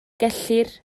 gellir